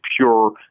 pure